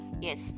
yes